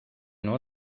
know